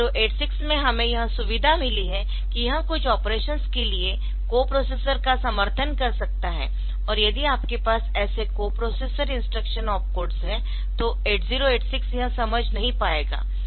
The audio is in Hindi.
8086 में यह सुविधा मिली है कि यह कुछ ऑपरेशन्स के लिए कोप्रोसेसरका समर्थन कर सकता है और यदि आपके पास ऐसे कोप्रोसेसरइंस्ट्रक्शनऑपकोड्स है तो 8086 यह समझ नहीं पाएगा